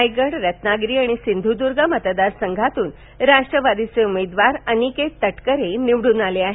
रायगड रवागिरी आणि सिंधुदुर्ग मतदारसंघातून राष्ट्रवादीचे उमदेवार अनिकेत तटकरे निवडून आले आहेत